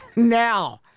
now,